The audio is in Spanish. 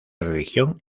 religión